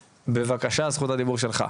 בבקשה, זכות הדיבור שלך.